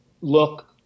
look